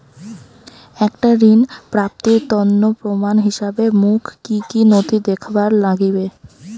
একটা ঋণ প্রাপ্তির তন্ন প্রমাণ হিসাবে মোক কী কী নথি দেখেবার নাগিবে?